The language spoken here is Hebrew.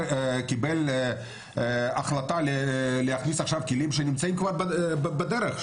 קיבל החלטה להכניס עכשיו כלים שנמצאים כבר בדרך,